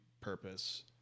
purpose